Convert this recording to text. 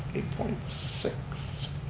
eight point six.